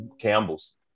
Campbell's